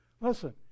Listen